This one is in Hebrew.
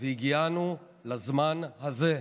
והגיענו לזמן הזה.